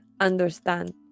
understand